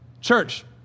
Church